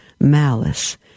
malice